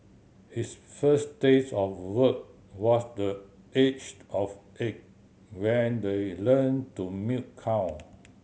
his first taste of work was the age of eight when the learned to milk cow